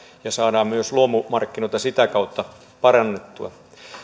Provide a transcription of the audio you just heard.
ja saadaan myös luomumarkkinoita sitä kautta parannettua